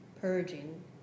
purging